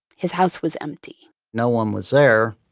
his house was empty no one was there,